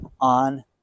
on